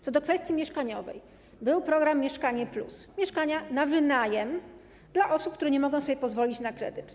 Co do kwestii mieszkaniowej był program „Mieszkanie+”, były mieszkania na wynajem dla osób, które nie mogą sobie pozwolić na kredyt.